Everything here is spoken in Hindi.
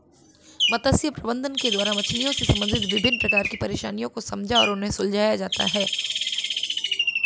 मत्स्य प्रबंधन के द्वारा मछलियों से संबंधित विभिन्न प्रकार की परेशानियों को समझा एवं उन्हें सुलझाया जाता है